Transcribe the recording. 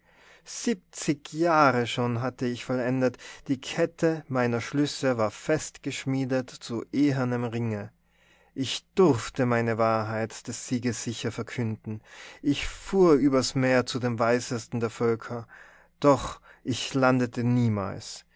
siebzig jahre schon hatte ich vollendet die kette meiner schlüsse war fest geschmiedet zu ehernem ringe ich durfte meine wahrheit des sieges sicher verkünden ich fuhr übers meer zu dem weisesten der völker doch ich landete niemals